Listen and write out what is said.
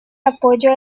apoyo